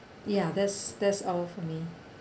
ya that's that's all for me